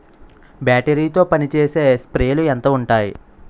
Battery తో పనిచేసే స్ప్రేలు ఎంత ఉంటాయి?